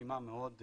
רשימה מאוד ארוכה,